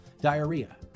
diarrhea